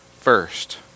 first